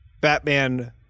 Batman